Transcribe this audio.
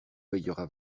payera